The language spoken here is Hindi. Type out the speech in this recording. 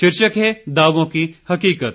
शीर्षक है दावों की हकीकत